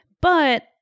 But-